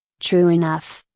true enough.